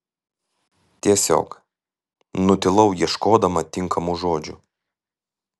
tiesiog nutilau ieškodama tinkamų žodžių